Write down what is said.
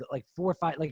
like four or five, like